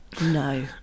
No